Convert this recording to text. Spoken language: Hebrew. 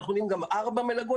אנחנו נותנים גם ארבע מלגות,